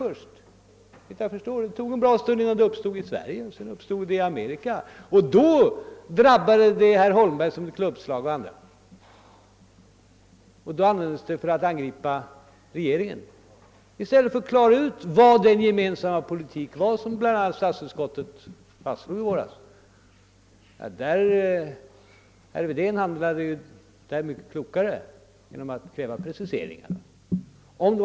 Det uppstod emellertid i Amerika — dock sedan en viss tid hade gått — och i Sverige. Då drabbade det herr Holmberg och andra som ett klubbslag och därefter användes det för att angripa regeringen. Inget försök gjordes att klara ut vilken den gemensamma politik var som bl.a. statsutskottet uttalade sig för i våras. Herr Wedén handlade mycket klokare genom att kräva precisering.